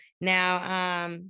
now